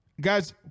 Guys